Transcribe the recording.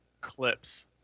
Clips